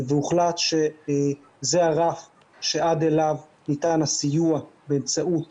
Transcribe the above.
הוחלט שזה הרף שעד אליו ניתן הסיוע באמצעות